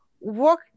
work